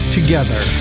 Together